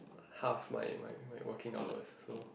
half my my working hours so